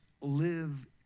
live